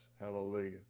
Hallelujah